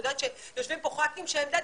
אני יודעת שיושבים פה חברי כנסת שהם מחויבים,